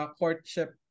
courtship